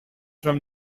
from